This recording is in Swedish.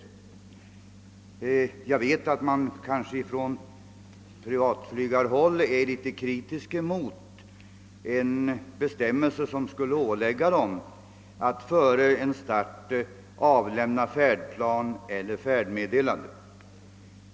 Bland privatflygarna är man säkerligen litet kritisk mot en bestämmelse, som ålägger dem att före starten lämna färdplan eller färdmeddelande.